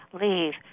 leave